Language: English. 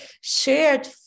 shared